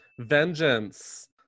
Vengeance